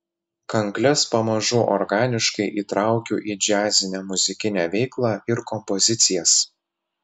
kankles pamažu organiškai įtraukiu į džiazinę muzikinę veiklą ir kompozicijas